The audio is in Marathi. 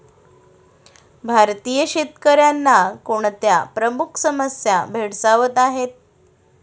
भारतीय शेतकऱ्यांना कोणत्या प्रमुख समस्या भेडसावत आहेत?